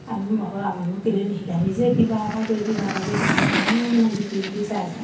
আমি আমাকনো কেলৈ নিশিকায় নিজে কিবা এটা কৰি কিবা এটা কৰি তেনেকৈ মনে মানে জুপি জুপি চাই চাই